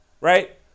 right